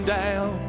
down